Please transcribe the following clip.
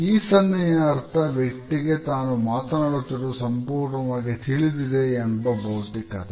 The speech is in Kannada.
ಈ ಸನ್ನೆಯ ಅರ್ಥ ವ್ಯಕ್ತಿಗೆ ತಾನು ಮಾತನಾಡುತ್ತಿರುವುದು ಸಂಪೂರ್ಣವಾಗಿ ತಿಳಿದಿದೆ ಎಂಬ ಬೌದ್ಧಿಕತೆ